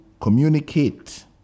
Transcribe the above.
communicate